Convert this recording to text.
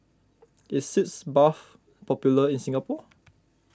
is Sitz Bath popular in Singapore